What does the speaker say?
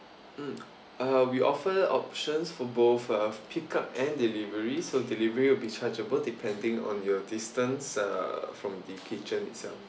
mm uh we offer options for both uh pick up and delivery so delivery will be chargeable depending on your distance uh from the kitchen itself